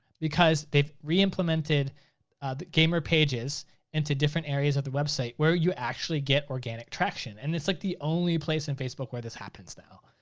because they've re-implemented the gamer pages into different areas of the website where you actually get organic traction, and it's like the only place on and facebook where this happens now.